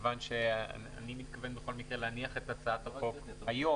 מכיוון שאני מתכוון בכל מקרה להניח את הצעת החוק היום.